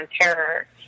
terror